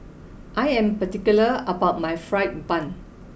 I am particular about my Fried Bun